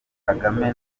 kagame